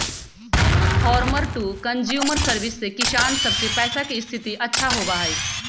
farmer to consumer service से किसान सब के पैसा के स्थिति अच्छा होबा हई